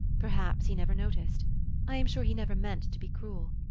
perhaps he never noticed i am sure he never meant to be cruel.